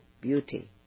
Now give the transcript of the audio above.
beauty